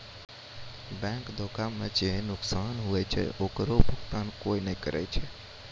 bank धोखा मे जे नुकसान हुवै छै ओकरो भुकतान कोय नै करै छै